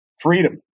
freedom